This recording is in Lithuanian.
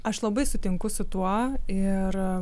aš labai sutinku su tuo ir